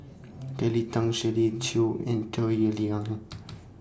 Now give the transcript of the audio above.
Kelly Tang Shirley Chew and Toh